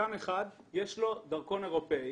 לשחקן אחד יש דרכון אירופאי,